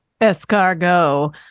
escargot